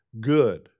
Good